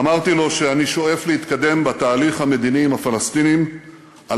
אמרתי לו שאני שואף להתקדם בתהליך המדיני עם הפלסטינים על